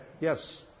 Yes